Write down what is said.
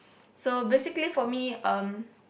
so basically for me um